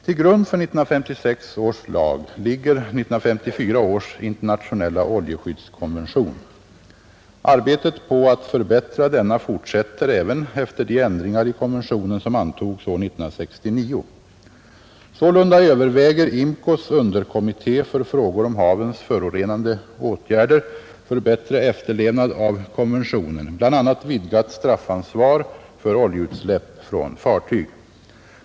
Till grund för 1956 års lag ligger 1954 års internationella oljeskyddskonvention. Arbetet på att förbättra denna fortsätter även efter de ändringar i konventionen som antogs år 1969. Sålunda överväger IMCO s underkommitté för frågor om havens förorenande åtgärder för bättre efterlevnad av konventionen, bl.a. vidgat straffansvar för oljeutsläpp från fartyg.